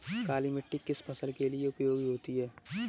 काली मिट्टी किस फसल के लिए उपयोगी होती है?